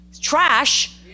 trash